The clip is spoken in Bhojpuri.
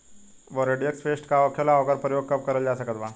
बोरडिओक्स पेस्ट का होखेला और ओकर प्रयोग कब करल जा सकत बा?